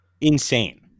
Insane